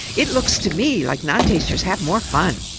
it looks to me like non-tasters have more fun.